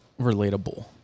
Relatable